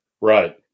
Right